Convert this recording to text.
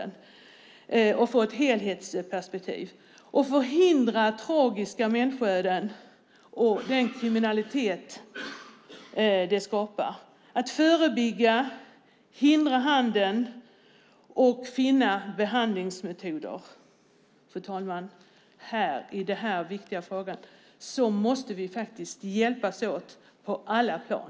Man måste få ett helhetsperspektiv så att man förhindrar tragiska människoöden och den kriminalitet som skapas. Det handlar om att förebygga och hindra handeln och finna behandlingsmetoder. Då måste vi faktiskt hjälpas åt på alla plan.